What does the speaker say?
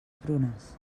prunes